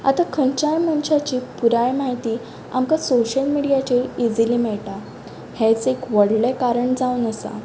आतां खंयचाय मनश्याची पुराय म्हायती आमकां सोशल मिडीयाचेर इजिली मेळटा हेंच एक व्हडलें कारण जावन आसा